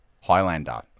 Highlander